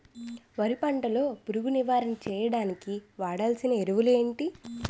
వరి పంట లో పురుగు నివారణ చేయడానికి వాడాల్సిన ఎరువులు ఏంటి?